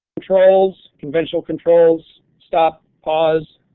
controls, conventional controls, stop, pause,